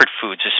foods